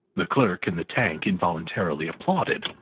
the clerk in the tank involuntarily applauded.